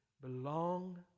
belong